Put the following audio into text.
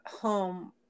home